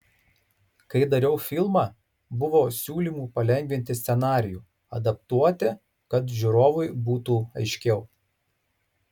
kai dariau filmą buvo siūlymų palengvinti scenarijų adaptuoti kad žiūrovui būtų aiškiau